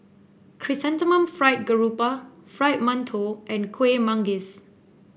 Chrysanthemum Fried Garoupa Fried Mantou and Kueh Manggis